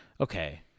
okay